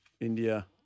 India